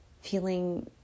feeling